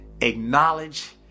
acknowledge